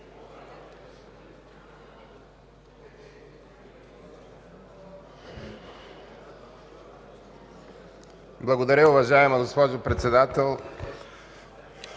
Благодаря, уважаема госпожо Председател.